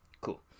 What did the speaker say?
Cool